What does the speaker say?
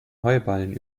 heuballen